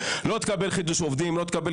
לא תקבל חידוש עובדים,